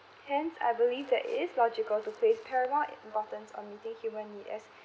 hence I believe that it is logical to place paramount importance on meeting human needs as